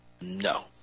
No